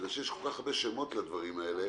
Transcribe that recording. יש כל כך הרבה שמות לדברים האלה